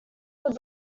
were